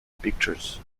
pictures